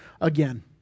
again